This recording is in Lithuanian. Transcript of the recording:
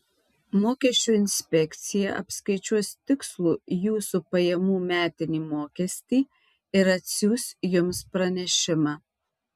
mokesčių inspekcija apskaičiuos tikslų jūsų pajamų metinį mokestį ir atsiųs jums pranešimą